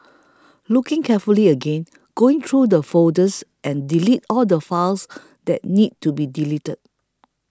looking carefully again going through the folders and delete all the files that need to be deleted